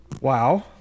Wow